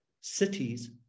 cities